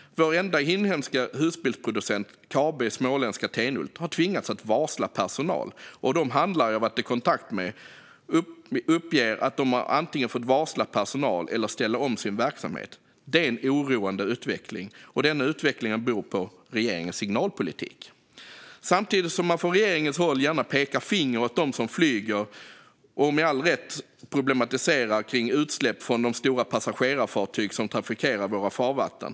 Vår enda inhemska husbilsproducent, Kabe i småländska Tenhult, har tvingats varsla personal, och handlare som jag varit i kontakt med uppger att de har fått antingen varsla personal eller ställa om sin verksamhet. Det är en oroande utveckling. Och denna utveckling beror på regeringens signalpolitik. Regeringen pekar gärna finger åt dem som flyger och problematiserar med all rätt utsläppen från de stora passagerarfartyg som trafikerar våra farvatten.